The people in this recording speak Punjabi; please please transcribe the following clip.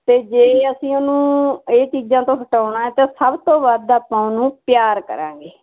ਤੇ ਜੇ ਅਸੀਂ ਉਹਨੂੰ ਇਹ ਚੀਜ਼ਾਂ ਤੋਂ ਹਟਾਉਣਾ ਤੇ ਸਭ ਤੋਂ ਵੱਧ ਆਪਾਂ ਨੂੰ ਪਿਆਰ ਕਰਾਂਗੇ